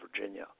Virginia